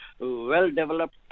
well-developed